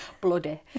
Bloody